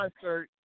concert